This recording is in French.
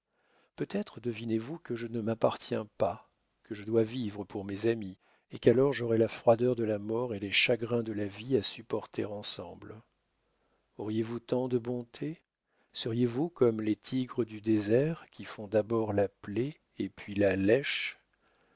peut-être devinez-vous que je ne m'appartiens pas que je dois vivre pour mes amis et qu'alors j'aurai la froideur de la mort et les chagrins de la vie à supporter ensemble auriez-vous tant de bonté seriez-vous comme les tigres du désert qui font d'abord la plaie et puis la lèchent